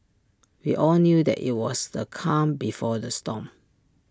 we all knew that IT was the calm before the storm